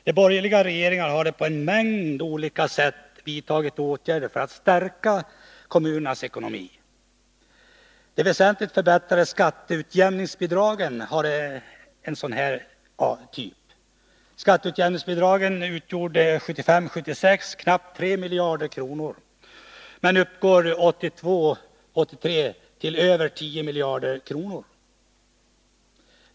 De borgerliga regeringarna har på en mängd olika sätt vidtagit åtgärder som stärkt kommunernas ekonomi. De väsentligt förbättrade skatteutjämningsbidragen är en sådan sak. Skatteutjämningsbidragen utgjorde 1975 83 till över 10 miljarder kronor.